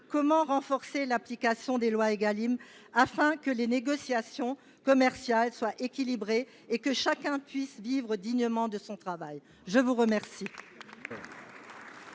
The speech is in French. comment renforcer l’application des lois Égalim, afin que les négociations commerciales soient équilibrées et que chacun puisse vivre dignement de son travail ? La parole